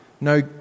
No